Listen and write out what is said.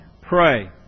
Pray